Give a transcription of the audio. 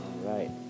Right